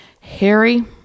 Harry